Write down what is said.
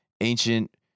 ancient